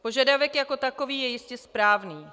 Požadavek jako takový je jistě správný.